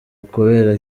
ukubera